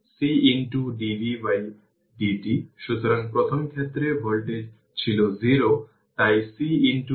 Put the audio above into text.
সুতরাং time constant হল τ RC